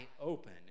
open